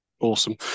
Awesome